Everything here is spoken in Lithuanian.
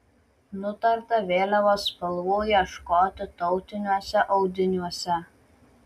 nutarta vėliavos spalvų ieškoti tautiniuose audiniuose